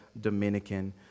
Dominican